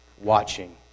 Watching